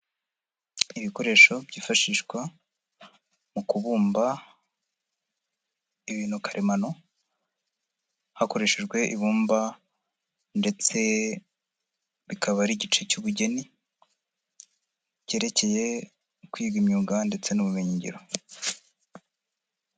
Ibikoresho byifashishwa mu kubumba ibintu karemano hakoreshejwe ibumba ndetse bikaba ari igice cy'ubugeni, cyerekeye kwiga imyuga ndetse n'ubumenyingiro.